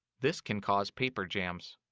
this can cause paper jams.